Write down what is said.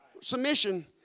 Submission